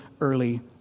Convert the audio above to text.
early